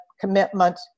commitment